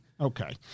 Okay